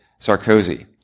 Sarkozy